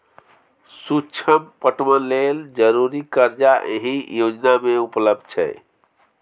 सुक्ष्म पटबन लेल जरुरी करजा एहि योजना मे उपलब्ध छै